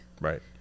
Right